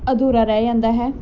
ਅਧੂਰਾ ਰਹਿ ਜਾਂਦਾ ਹੈ